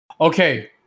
Okay